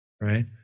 right